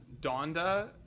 Donda